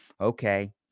okay